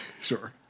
Sure